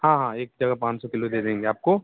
हाँ हाँ एक जगह पाँच सौ किलो दे देंगे आपको